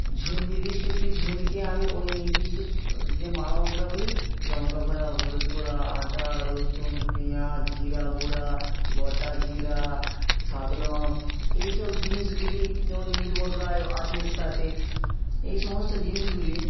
ঝু নির্দিষ্ট একটি ঝুঁড়িতে আমি ওই নির্দিষ্ট যে মাল মশলাগুলি লঙ্কা গুঁড়ো হলুদ গুঁড়ো আদা রসুন পিঁয়াজ জিরা গুঁড়ো গোটা জিরা সাতলং এই সব জিনিসগুলি যেমন মিট মশলায় আছে এর সাথে এই সমস্ত জিনিসগুলি